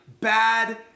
bad